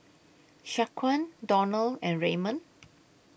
Shaquan Donald and Raymond